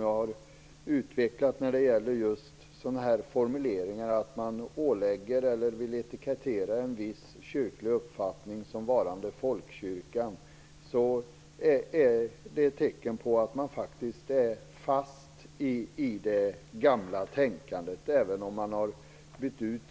Jag har utvecklat detta att man vill etikettera en viss kyrklig uppfattning som varande folkkyrklig. Det är ett tecken på att man faktiskt är fast i det gamla tänkandet, även om man har bytt ut